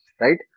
right